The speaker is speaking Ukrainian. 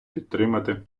підтримати